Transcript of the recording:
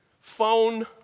phone